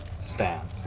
stand